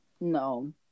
No